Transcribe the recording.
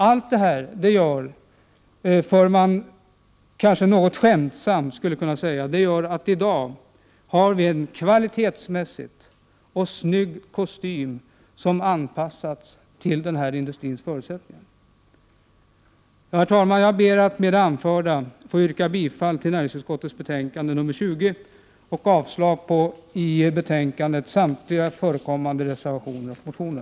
Allt detta gör att vi i dag, litet skämtsamt, kan säga att vi har en kvalitetsmässigt god och snygg kostym som anpassats till denna industris förutsättningar. Herr talman! Jag ber att med det anförda få yrka bifall till näringsutskottets betänkande nr 20 och avslag på samtliga reservationer och motioner.